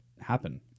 happen